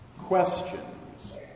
Questions